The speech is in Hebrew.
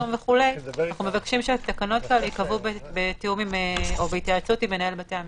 אנחנו מבקשים שהתקנות האלה ייקבעו בהתייעצות עם מנהל בתי המשפט.